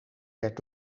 werd